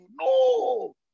No